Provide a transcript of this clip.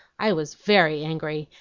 i was very angry,